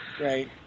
Right